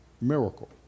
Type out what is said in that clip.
miracle